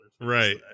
Right